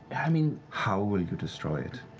i mean how will you destroy it?